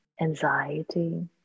anxiety